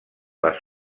les